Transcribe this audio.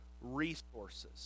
resources